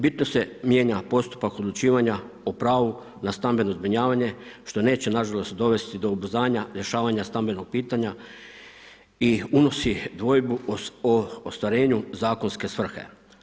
Bitno se mijenja postupak odlučivanja o pravu na stambeno zbrinjavanje što neće na žalost dovesti do ubrzanja rješavanja stambenog pitanja i unosi dvojbu o ostvarenju zakonske svrhe.